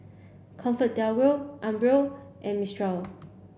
comfort Delgro Umbro and Mistral